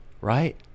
right